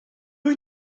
wyt